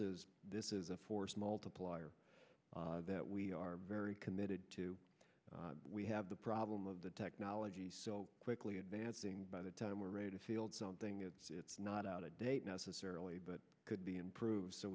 is this is a force multiplier that we are very committed to we have the problem of the technology so quickly and bad thing by the time we're ready to field something it's not out of date necessarily but could be improved so